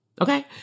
Okay